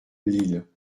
lille